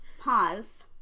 pause